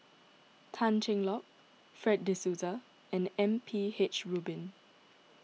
Tan Cheng Lock Fred De Souza and M P H Rubin